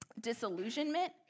disillusionment